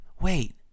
wait